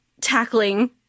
tackling